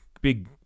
big